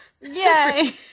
Yay